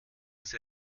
sie